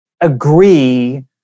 agree